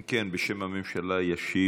אם כן, בשם הממשלה ישיב